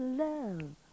love